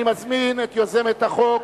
אני מזמין את יוזמת החוק,